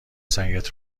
سعیت